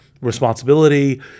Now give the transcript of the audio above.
responsibility